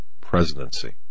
presidency